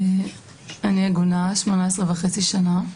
ואני עגונה 18 וחצי שנה.